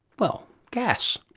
well, gas?